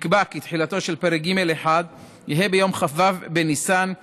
נקבע כי תחילתו של פרק ג'1 יהא ביום כ"ו בניסן התשע"ט,